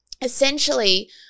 essentially